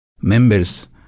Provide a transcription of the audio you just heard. Members